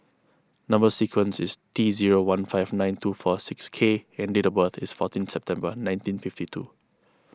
Number Sequence is T zero one five nine two four six K and date of birth is fourteen September nineteen fifty two